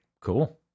Cool